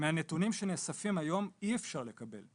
בדיוק, מהנתונים שנאספים היום אי אפשר לקבל.